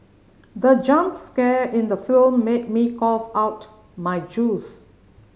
the jump scare in the film made me cough out my juice